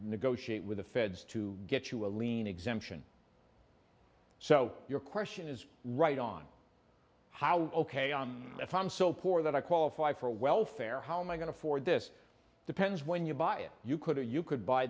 negotiate with the feds to get you a lien exemption so your question is right on how ok i'm if i'm so poor that i qualify for welfare how my going to for this depends when you buy it you could you could buy